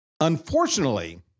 Unfortunately